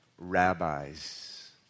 rabbis